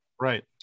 Right